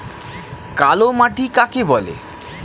কালোমাটি কাকে বলে?